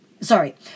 Sorry